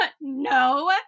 No